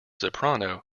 soprano